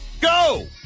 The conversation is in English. Go